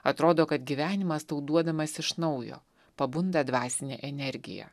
atrodo kad gyvenimas tau duodamas iš naujo pabunda dvasinė energija